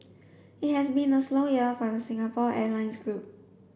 it has been a slow year for the Singapore Airlines group